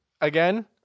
again